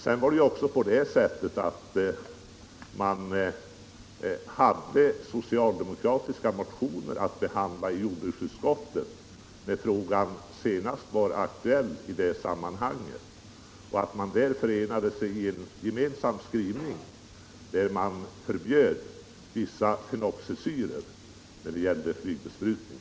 Vidare var det ju på det sättet att jordbruksutskottet hade socialdemokratiska motioner att behandla när frågan senast var aktuell, och då enades man om en skrivning där man förbjöd användning av vissa fenoxisyror vid flygbesprutning.